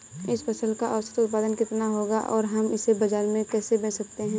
इस फसल का औसत उत्पादन कितना होगा और हम इसे बाजार में कैसे बेच सकते हैं?